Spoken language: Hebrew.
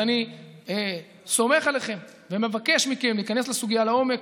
אז אני סומך עליכם ומבקש מכם להיכנס לסוגיה לעומק,